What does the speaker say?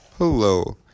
Hello